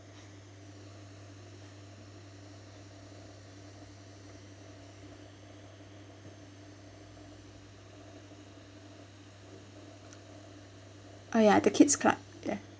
oh ya the kid's club ya